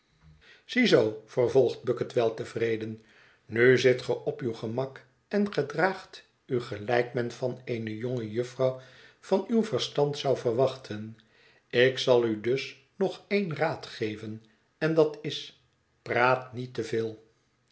ziezoo vervolgt bucket weltevreden nu zit ge op uw gemak en gedraagt u gelijk men van eene jonge jufvrouw van uw verstand zou verwachten ik zal u dus nog een raad geven en dat is praat niet